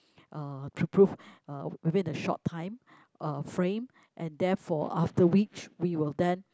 uh to prove uh within a short time uh frame and therefore after which we will then